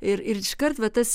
ir ir iškart va tas